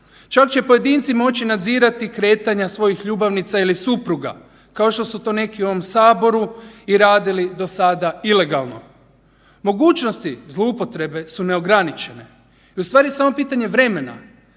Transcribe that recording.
čak će pojedinci moći nadzirati kretanja svojih ljubavnica ili supruga kao što su to neki u ovom Saboru i radili do sada ilegalno. Mogućnosti zloupotrebe su neograničene i ustvari samo je pitanje vremena